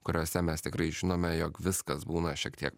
kuriose mes tikrai žinome jog viskas būna šiek tiek